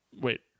Wait